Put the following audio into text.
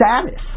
status